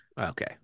Okay